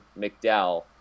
McDowell